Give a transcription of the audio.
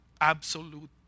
absolute